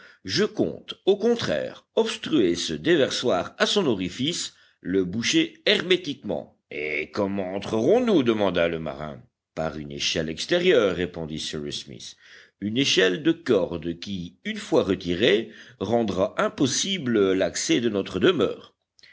je compte au contraire obstruer ce déversoir à son orifice le boucher hermétiquement et comment entrerons nous demanda le marin par une échelle extérieure répondit cyrus smith une échelle de corde qui une fois retirée rendra impossible l'accès de notre demeure